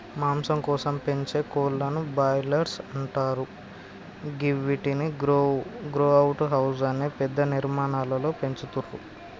మాంసం కోసం పెంచే కోళ్లను బ్రాయిలర్స్ అంటరు గివ్విటిని గ్రో అవుట్ హౌస్ అనే పెద్ద నిర్మాణాలలో పెంచుతుర్రు